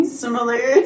similar